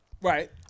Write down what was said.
Right